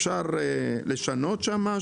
אפשר לשנות שם משהו?